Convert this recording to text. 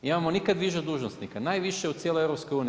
Imamo nikada više dužnosnika, najviše u cijeloj EU.